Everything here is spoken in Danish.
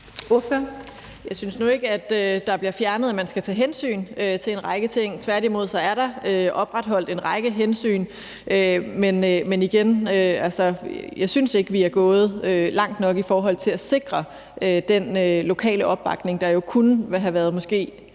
Jeg synes nu ikke, det bliver fjernet, at man skal tage hensyn til en række ting. Tværtimod er der opretholdt en række hensyn. Men igen vil jeg sige, at jeg ikke synes, vi er gået langt nok i forhold til at sikre den lokale opbakning, der jo kunne have været måske